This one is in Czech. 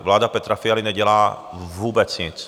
Vláda Petra Fialy nedělá vůbec nic.